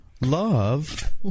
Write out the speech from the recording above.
love